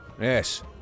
Yes